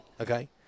Okay